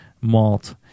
malt